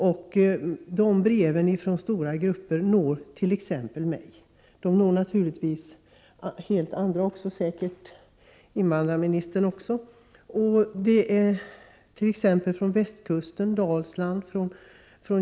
Dessa brev från stora grupper når t.ex. mig, och säkert också andra, exempelvis invandrarministern. Breven kommer från västkusten och Dalsland.